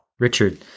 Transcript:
Richard